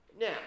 Now